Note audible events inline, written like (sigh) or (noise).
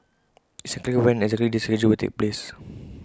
IT is unclear when exactly this surgery will take place (noise)